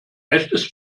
echtes